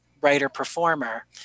writer-performer